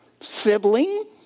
sibling